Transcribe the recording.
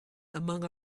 among